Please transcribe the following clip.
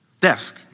desk